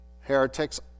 heretics